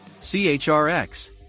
CHRX